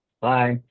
bye